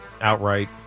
outright